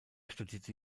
studierte